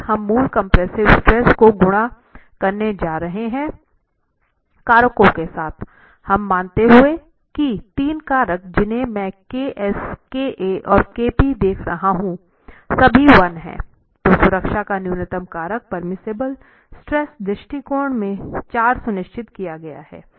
फिर हम मूल कंप्रेसिव स्ट्रेस को गुणा करने जा रहे हैं कारकों के साथ यह मानते हुए कि तीन कारक जिन्हें मैं k s k a और k p देख रहा हूं सभी 1 है तो सुरक्षा का न्यूनतम कारक प्रेमिसिबल स्ट्रेस दृष्टिकोण में 4 सुनिश्चित किया गया है